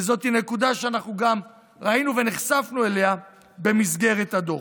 וזאת נקודה שאנחנו גם ראינו ונחשפנו אליה במסגרת הדוח.